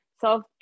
self